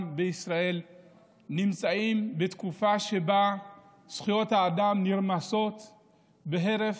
בישראל נמצאים בתקופה שבה זכויות האדם נרמסות בהרף,